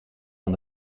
van